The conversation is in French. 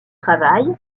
travail